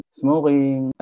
smoking